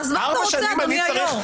אז מה אתה רוצה אדוני היושב-ראש?